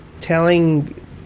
Telling